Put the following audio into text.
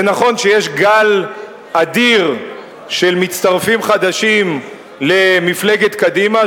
נכון שיש גל אדיר של מצטרפים חדשים למפלגת קדימה,